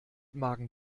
magen